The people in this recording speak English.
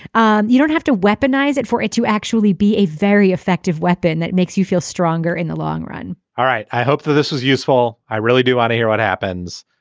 um you don't have to weaponize it for it to actually be a very effective weapon that makes you feel stronger in the long run all right i hope that this is useful. i really do want ah to hear what happens.